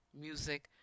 music